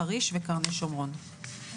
חריש וקרני שומרון,